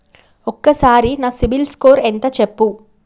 ఒక్కసారి నా సిబిల్ స్కోర్ ఎంత చెప్పు?